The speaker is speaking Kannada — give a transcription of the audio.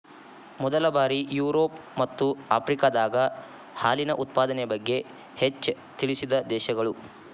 ಮೊದಲ ಬಾರಿ ಯುರೋಪ ಮತ್ತ ಆಫ್ರಿಕಾದಾಗ ಹಾಲಿನ ಉತ್ಪಾದನೆ ಬಗ್ಗೆ ಹೆಚ್ಚ ತಿಳಿಸಿದ ದೇಶಗಳು